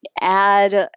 add